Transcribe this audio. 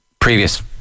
previous